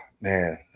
man